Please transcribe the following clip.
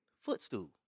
footstool